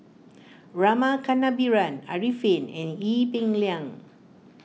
Rama Kannabiran Arifin and Ee Peng Liang